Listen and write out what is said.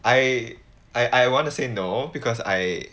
I I I wanna say no because I